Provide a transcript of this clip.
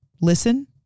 listen